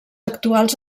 actuals